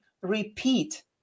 repeat